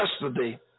yesterday